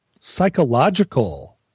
psychological